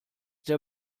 der